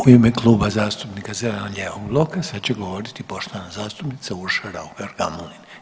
U ime Kluba zastupnika zeleno-lijevog bloka sad će govoriti poštovana zastupnica Urša Raukar Gamulin.